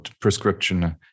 prescription